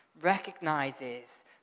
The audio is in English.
recognizes